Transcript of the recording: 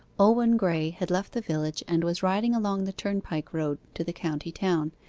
owen graye had left the village and was riding along the turnpike road to the county-town,